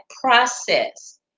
process